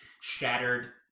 shattered